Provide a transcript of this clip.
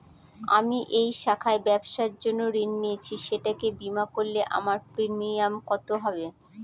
আমি এই শাখায় ব্যবসার জন্য ঋণ নিয়েছি সেটাকে বিমা করলে আমার প্রিমিয়াম কত হবে?